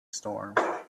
storm